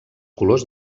colors